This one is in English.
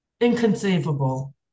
Inconceivable